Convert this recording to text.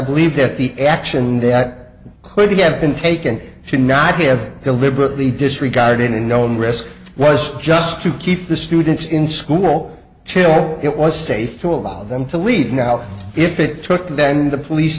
believe that the action that could have been taken should not be have deliberately disregarded a known risk was just to keep the students in school till it was safe to allow them to leave now or if it took then the police